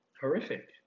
Horrific